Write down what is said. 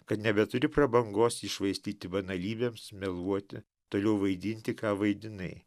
kad nebeturi prabangos jį švaistyti banalybėms meluoti toliau vaidinti ką vaidinai